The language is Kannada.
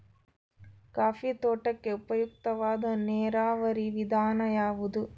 ಕಾಫಿ ತೋಟಕ್ಕೆ ಉಪಯುಕ್ತವಾದ ನೇರಾವರಿ ವಿಧಾನ ಯಾವುದು?